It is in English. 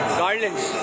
garlands